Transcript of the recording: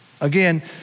Again